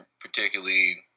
particularly